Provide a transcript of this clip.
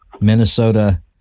Minnesota